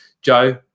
Joe